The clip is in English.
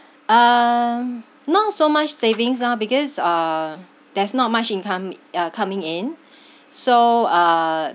um not so much savings now because uh there's not much income uh coming in so uh